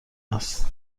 است